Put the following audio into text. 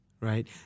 right